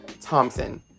Thompson